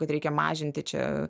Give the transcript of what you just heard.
kad reikia mažinti čia